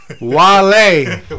Wale